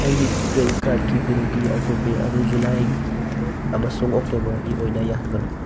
ꯑꯩꯒꯤ ꯀ꯭ꯔꯤꯗꯤꯠ ꯀꯥꯔꯗꯀꯤ ꯕꯤꯜꯒꯤ ꯑꯧꯇꯣ ꯄꯦ ꯑꯗꯨ ꯖꯨꯂꯥꯏ ꯑꯃꯁꯨꯡ ꯑꯣꯛꯇꯣꯕꯔꯒꯤ ꯑꯣꯏꯅ ꯌꯥꯍꯟꯒꯅꯨ